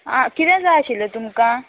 आं किदें जाय आशिल्लें तुमकां